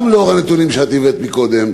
גם לאור הנתונים שהבאת קודם,